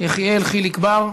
יחיאל חיליק בר,